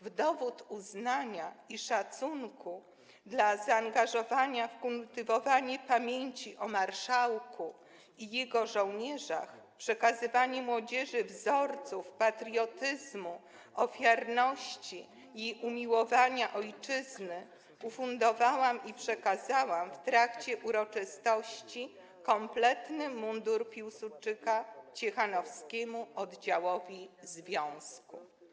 W dowód uznania i szacunku dla zaangażowania w kultywowanie pamięci o marszałku i jego żołnierzach, przekazywanie młodzieży wzorców patriotyzmu, ofiarności i umiłowania ojczyzny ufundowałam i przekazałam w trakcie uroczystości kompletny mundur piłsudczyka ciechanowskiemu oddziałowi związku.